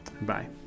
Bye